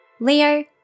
Leo